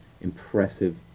impressive